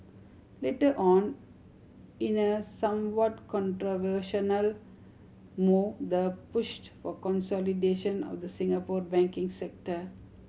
later on in a somewhat controversial move the pushed for consolidation of the Singapore banking sector